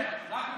חברי הכנסת,